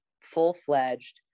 full-fledged